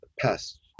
pests